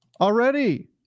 already